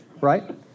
Right